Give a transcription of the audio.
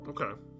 Okay